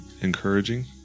encouraging